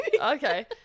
Okay